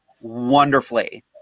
wonderfully